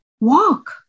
walk